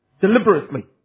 Deliberately